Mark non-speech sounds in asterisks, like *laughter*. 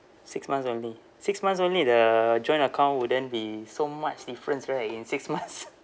six months only six months only the joint account wouldn't be so much difference right in six months *laughs*